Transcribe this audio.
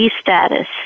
status